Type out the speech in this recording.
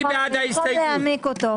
מי בעד קבלת ההסתייגות?